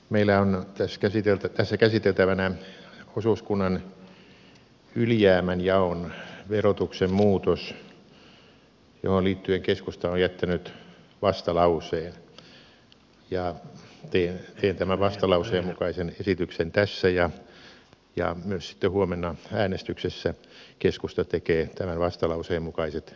meillä on tässä käsiteltävänä osuuskunnan ylijäämänjaon verotuksen muutos johon liittyen keskusta on jättänyt vastalauseen ja teen tämän vastalauseen mukaisen esityksen tässä ja myös sitten huomenna äänestyksessä keskusta tekee tämän vastalauseen mukaiset esitykset